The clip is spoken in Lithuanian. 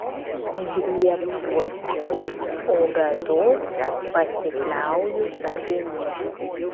griebsiuosi o be to pasikliauju tavimi